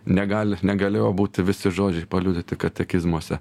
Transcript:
negali negalėjo būti visi žodžiai paliudyti katekizmuose